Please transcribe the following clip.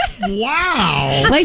Wow